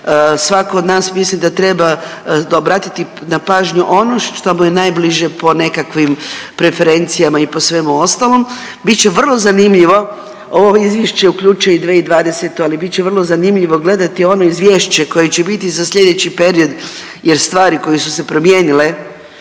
Svatko od nas misli da treba obratiti pažnju ono što mu je najbliže po nekakvim preferencijama i po svemu ostalom. Bit će vrlo zanimljivo ovo izvješće uključuje i 2020., ali bit će vrlo zanimljivo gledati ono izvješće koje će biti za sljedeći period jer stvari koje su se promijenile